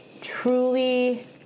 truly